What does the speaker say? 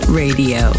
radio